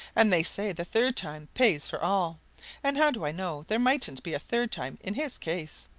and they say the third time pays for all and how do i know there mightn't be a third time in his case?